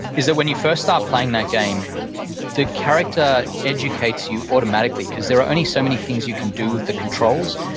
is that when you first start playing that game the character educates you automatically because there are only so many things you can do with the controls.